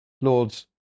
Lords